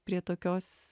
prie tokios